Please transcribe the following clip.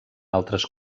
altres